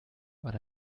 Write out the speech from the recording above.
but